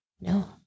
no